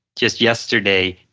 just yesterday,